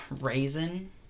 raisin